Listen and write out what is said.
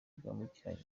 bwambukiranya